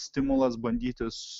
stimulas bandytis